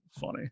funny